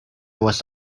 was